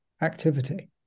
activity